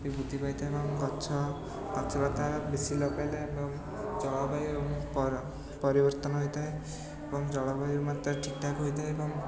ବି ବୃଦ୍ଧି ପାଇଥାଏ ବା ଗଛ ଗଛଲତା ବେଶୀ ଲଗେଇଲେ ଏବଂ ଜଳବାୟୁ ପର ପରିବର୍ତ୍ତନ ହୋଇଥାଏ ଏବଂ ଜଳବାୟୁ ମଧ୍ୟ ଠିକ୍ ଠାକ୍ ହୋଇଥାଏ ଏବଂ